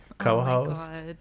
Co-host